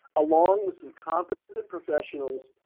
along with some competent and professionals,